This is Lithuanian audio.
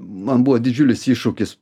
man buvo didžiulis iššūkis